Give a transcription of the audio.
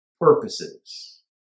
purposes